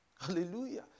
Hallelujah